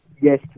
yes